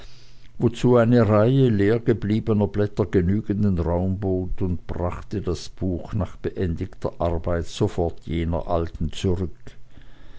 wozu eine reihe leergebliebener blätter genügenden raum bot und brachte das buch nach beendigter arbeit sofort jener alten zurück